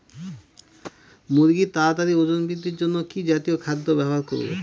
মুরগীর তাড়াতাড়ি ওজন বৃদ্ধির জন্য কি জাতীয় খাদ্য ব্যবহার করব?